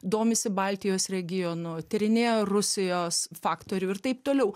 domisi baltijos regionu tyrinėja rusijos faktorių ir taip toliau